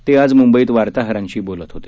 ते आज मुंबईत वार्ताहरांशी बोलत होते